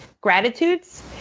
gratitudes